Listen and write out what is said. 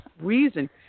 reason